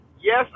Yes